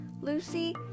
Lucy